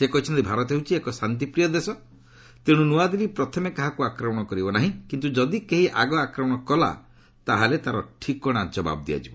ସେ କହିଛନ୍ତି ଭାରତ ହେଉଛି ଏକ ଶାନ୍ତିପ୍ରିୟ ଦେଶ ତେଣୁ ନୂଆଦିଲ୍ଲୀ ପ୍ରଥମେ କାହାକୁ ଆକ୍ରମଣ କରିବ ନାହିଁ କିନ୍ତୁ ଯଦି କେହି ଆଗ ଆକ୍ରମଣ କଲା ତାହେଲେ ତାର ଠିକଶା ଯବାବ ଦିଆଯିବ